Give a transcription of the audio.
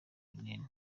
ibinini